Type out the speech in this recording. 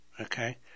Okay